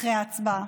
אחרי ההצבעה.